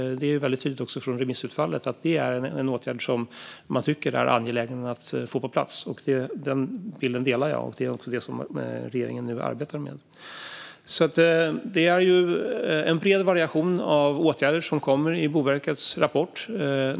Det är också tydligt av remissutfallet att det är en åtgärd som man tycker är angelägen att få på plats. Den bilden delar jag, och det är också det som regeringen nu arbetar med. Det är alltså en bred variation av åtgärder som föreslås i Boverkets rapport.